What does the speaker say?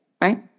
right